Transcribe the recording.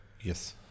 Yes